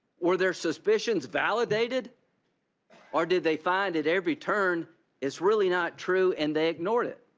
were their suspicions validated or did they find at every turn it's really not true and they ignored it?